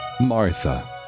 Martha